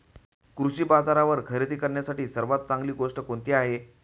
कृषी बाजारावर खरेदी करण्यासाठी सर्वात चांगली गोष्ट कोणती आहे?